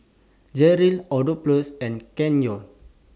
Jeryl Adolphus and Kenyon